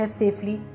safely